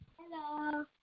Hello